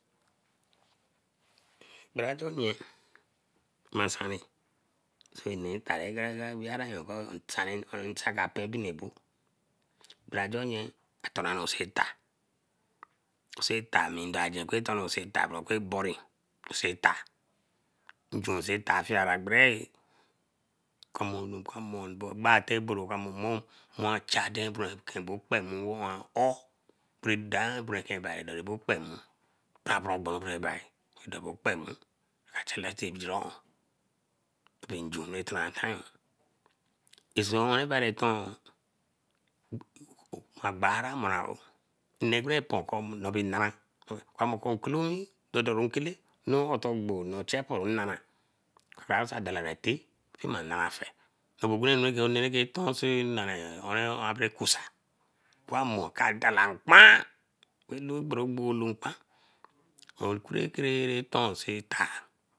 Gbarajo nye masani soe nee eta nsai ka pen bini abo. Gbarajo nye atonnara so eta. soeta ami indigen soeta eku boree soeta. Njun soeta afiera bereye kamonu kamo eku egbae aka mo cha aden kebo kpemu owa oou bere kebi kasi kpemuru. Tai berebi si kpemu ru kebe njun. Ma gbara lor ma oou, nne bere be por ko noo be nara amokor nkolowi doru nkele ra otobo or chepor nnara. Kara dala ete tima nara fey. onne rake tonsi nare abe cusa. Poumor ka dala nkpan kubo ku lo nkpan ekure kere ton seta.